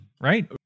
Right